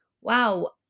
wow